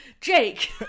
Jake